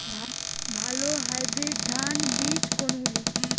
ভালো হাইব্রিড ধান বীজ কোনগুলি?